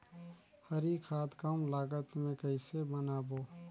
हरी खाद कम लागत मे कइसे बनाबो?